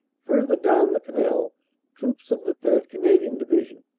further down the canal troops of the third. canadian division,